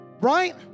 right